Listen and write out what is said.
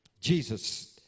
Jesus